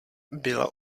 byla